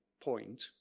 point